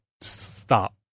Stop